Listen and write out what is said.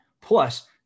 Plus